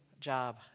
job